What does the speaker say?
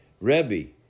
Rebbe